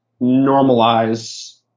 normalize